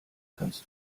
kannst